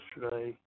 yesterday